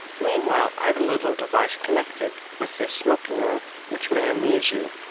meanwhile, i have a little device connected with this smoking-room which may amuse you.